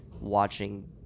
watching